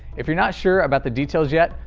if you're not sure about the details yet,